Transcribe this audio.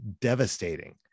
devastating